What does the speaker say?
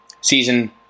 season